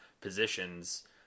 positions